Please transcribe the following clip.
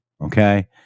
okay